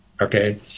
okay